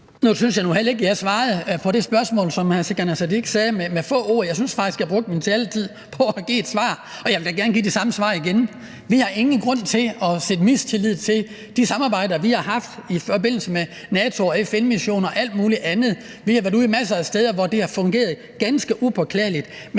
med få ord på det spørgsmål, som hr. Sikandar Siddique stillede. Jeg synes faktisk, jeg brugte min taletid på at give et svar, og jeg vil da gerne give det samme svar igen. Vi har ingen grund til at have mistillid til de samarbejder, vi har haft i forbindelse med NATO- og FN-missioner og alt muligt andet. Vi har været ude masser af steder, hvor det har fungeret ganske upåklageligt,